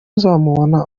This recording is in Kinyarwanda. uzamubona